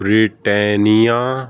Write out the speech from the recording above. Britannia